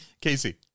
Casey